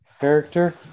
Character